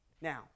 Now